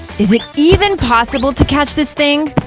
is it even possible to catch this thing?